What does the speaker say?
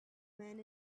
man